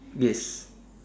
yes